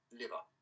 liver